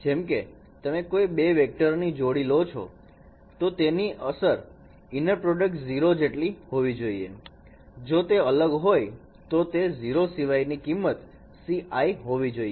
જેમકે તમે કોઈ બે વેક્ટર ની જોડી લો છો તો તેની અસર ઈનર પ્રોડક્ટ 0 જેટલી થવી જોઈએ જો તે અલગ હોય તો તે 0 શિવાય ની કિંમત ci હોવી જોઈએ